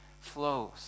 flows